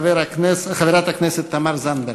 חברת הכנסת תמר זנדברג.